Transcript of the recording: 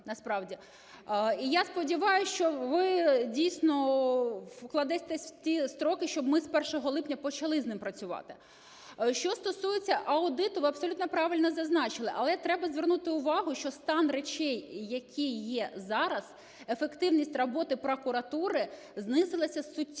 І я сподіваюсь, що ви, дійсно, вкладетесь у ті строки, щоб ми з 1 липня почали з ним працювати. Що стосуються аудиту, ви абсолютно правильно зазначили, але треба звернути увагу, що стан речей, який є зараз, ефективність роботи прокуратури знизилася суттєво.